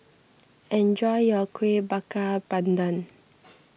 enjoy your Kueh Bakar Pandan